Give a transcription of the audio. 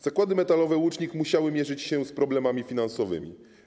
Zakłady Metalowe Łucznik musiały mierzyć się z problemami finansowymi.